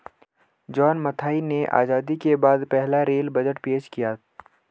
John Mathai ने आजादी के बाद पहला रेल बजट पेश किया